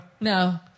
No